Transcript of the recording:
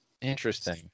Interesting